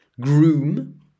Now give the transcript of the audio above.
groom